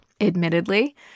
admittedly